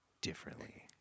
differently